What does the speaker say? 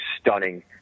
stunning